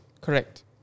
correct